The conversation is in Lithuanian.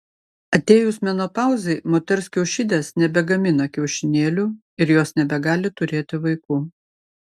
atėjus menopauzei moters kiaušidės nebegamina kiaušinėlių ir jos nebegali turėti vaikų